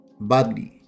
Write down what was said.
Badly